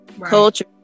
culture